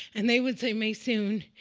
and they would say, maysoon,